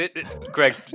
Greg